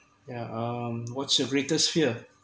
yeah um what's your greatest fear